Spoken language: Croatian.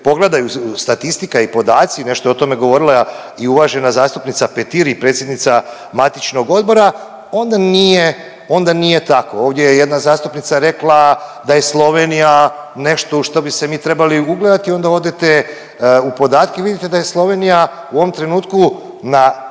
pogledaju statistika i podaci nešto je o tome govorila i uvažena zastupnica Petir i predsjednica matičnog odbora onda nije tako. Ovdje je jedna zastupnica rekla da je Slovenija nešto u što bi se mi trebali ugledati i onda odete u podatke i vidite da je Slovenija u ovom trenutku na